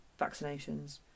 vaccinations